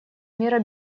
мира